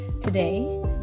Today